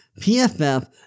PFF